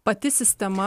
pati sistema